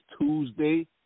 Tuesday